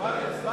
הסתייגות 116,